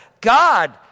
God